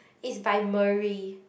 is by Marie